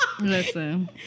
Listen